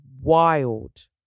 wild